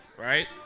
Right